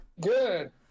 good